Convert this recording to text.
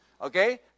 Okay